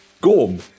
Gorm